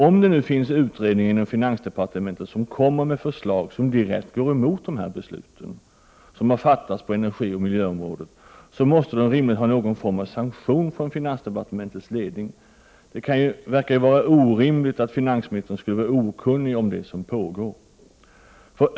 Om det nu finns utredningar inom finansdepartementet som väcker förslag som direkt går emot de beslut som fattats på energioch miljöområdet, måste de rimligen ha någon form av sanktion från finansdepartementets ledning. Det verkar vara orimligt att finansministern skulle vara okunnig om det som pågår.